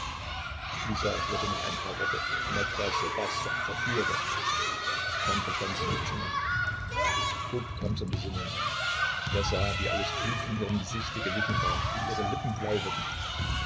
isa hörte noch ein paar worte maitresse bastard verführer dann verstand sie nichts mehr kruk kam zur besinnung er sah wie alles blut von ihrem gesichte gewichen war wie ihre lippen blau wurden